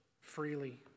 freely